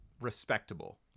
respectable